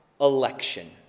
election